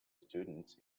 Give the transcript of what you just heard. students